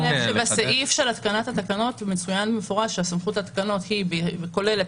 בסעיף של התקנת התקנות מצוין במפורש שהסמכות לתקנות כוללת